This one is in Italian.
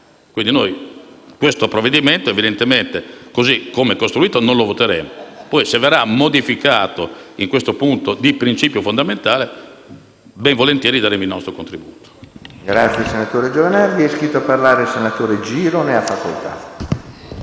Quindi, questo provvedimento evidentemente, così come costruito, noi non lo voteremo. Se verrà modificato in questo punto di principio fondamentale, invece, ben volentieri daremo il nostro contributo. PRESIDENTE. È iscritto a parlare il senatore Giro. Ne ha facoltà.